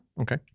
Okay